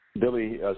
Billy